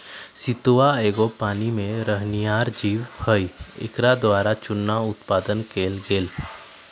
सितुआ एगो पानी में रहनिहार जीव हइ एकरा द्वारा चुन्ना उत्पादन कएल गेल